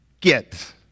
get